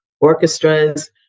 orchestras